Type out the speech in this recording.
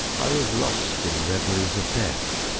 i was lost in reveries of death,